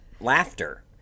laughter